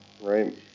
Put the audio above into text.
Right